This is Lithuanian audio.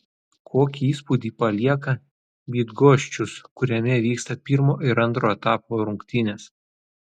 kokį įspūdį palieka bydgoščius kuriame vyksta pirmo ir antro etapo rungtynės